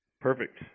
Perfect